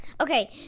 Okay